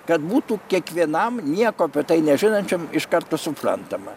kad būtų kiekvienam nieko apie tai nežinančiam iš karto suprantama